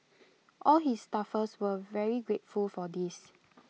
all his staffers were very grateful for this